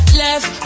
left